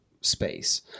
space